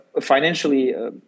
financially